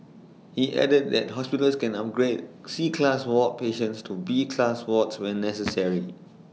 he added that hospitals can upgrade C class ward patients to B class wards when necessary